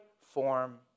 form